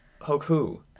Hoku